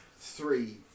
three